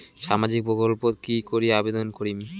সামাজিক প্রকল্পত কি করি আবেদন করিম?